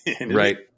Right